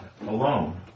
alone